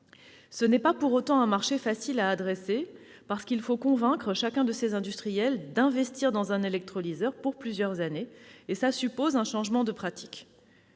Ce n'est pas pour autant un marché facile à développer, parce qu'il faut convaincre l'industriel d'investir dans un électrolyseur pour plusieurs années, ce qui suppose un changement de pratiques.